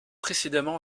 précédemment